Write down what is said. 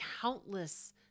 countless